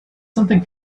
something